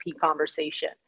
conversation